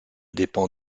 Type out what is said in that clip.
dépend